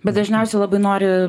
bet dažniausiai labai nori